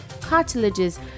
cartilages